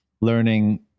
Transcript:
learning